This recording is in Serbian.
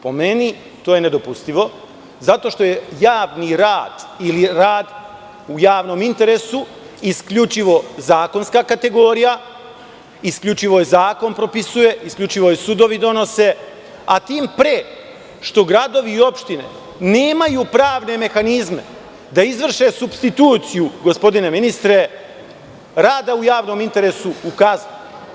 Po meni, to je nedopustivo zato što je javni rad ili rad u javnom interesu isključivo zakonska kategorija, isključivo je zakon propisuje, isključivo je sudovi donose, a tim pre što gradovi i opštine nemaju pravne mehanizme da izvrše supstituciju rada u javnom interesu u kaznu.